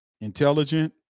intelligent